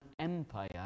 Empire